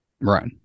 Right